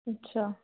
अच्छा